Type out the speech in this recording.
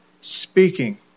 speaking